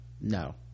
no